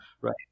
Right